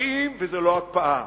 מקפיאים וזו לא הקפאה,